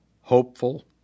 hopeful